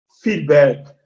feedback